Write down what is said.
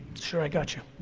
sure, i got you.